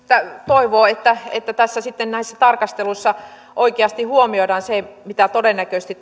toivoo että että näissä tarkasteluissa oikeasti huomioidaan se mitä todennäköisesti